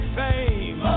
fame